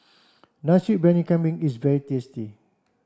Nasi Briyani Kambing is very tasty